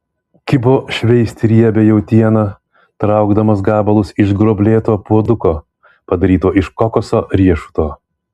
kibo šveisti riebią jautieną traukdamas gabalus iš gruoblėto puoduko padaryto iš kokoso riešuto